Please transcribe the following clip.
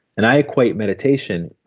and i equate meditation,